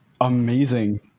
amazing